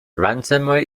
ransomware